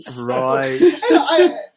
Right